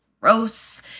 gross